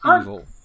evil